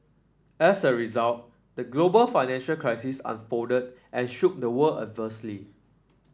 as a result the global financial crisis unfolded and shook the world adversely